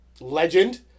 Legend